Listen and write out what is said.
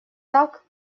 так